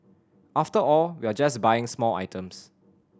after all we're just buying small items